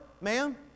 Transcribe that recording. ma'am